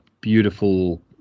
beautiful